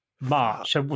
March